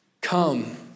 Come